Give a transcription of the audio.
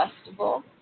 Festival